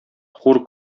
хур